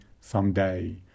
someday